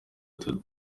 gatatu